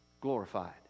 glorified